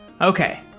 Okay